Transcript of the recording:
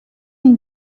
une